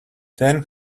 then